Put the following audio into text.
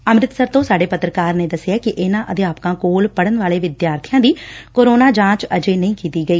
ਅੰਮ੍ਤਿਸਰ ਤੋਂ ਸਾਡੇ ਪੱਤਰਕਾਰ ਨੇ ਦਸਿਐ ਕਿ ਇਨ੍ਹਾਂ ਅਧਿਆਪਕਾਂ ਕੋਲ ਪੜਨ ਵਾਲੇ ਵਿਦਿਆਰਥੀਆਂ ਦੀ ਕੋਰੋਨਾ ਜਾਂਚ ਅਜੇ ਨਹੀਂ ਕੀਤੀ ਗਈ